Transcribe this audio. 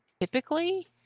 typically